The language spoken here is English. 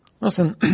Listen